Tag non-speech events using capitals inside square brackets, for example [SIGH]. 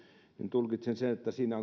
tulkitsen sen että siinä [UNINTELLIGIBLE]